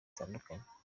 zitandukanye